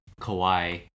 Kawhi